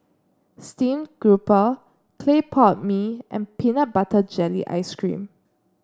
stream Grouper Clay Pot Mee and Peanut Butter Jelly Ice cream